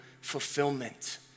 fulfillment